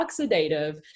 oxidative